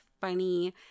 funny